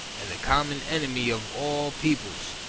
and the common enemy of all peoples